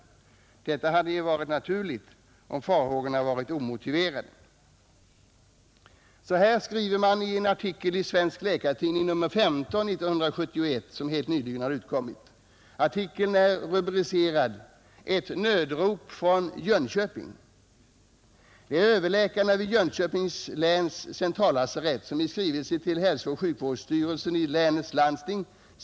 Detta hade ju varit naturligt om farhågorna varit omotiverade. I en artikel i nr 15 i år av Läkartidningen — artikeln är rubricerad ”Ett nödrop från Jönköping” — citeras en skrivelse från överläkarna vid Jönköpings läns centrallasarett till hälsooch sjukvårdsstyrelsen i länets landsting.